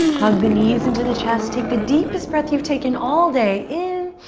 hug the knees into the chest, take the deepest breath you've taken all day in.